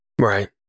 Right